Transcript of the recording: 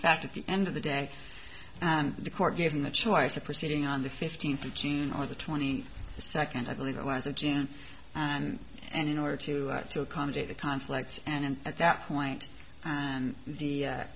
fact at the end of the day and the court given the choice of proceeding on the fifteenth of june or the twenty second i believe it was a gin and and in order to accommodate the conflicts and at that point and the